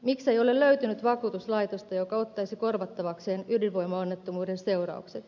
miksei ole löytynyt vakuutuslaitosta joka ottaisi korvattavakseen ydinvoimaonnettomuuden seuraukset